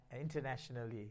internationally